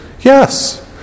Yes